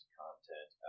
content